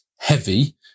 heavy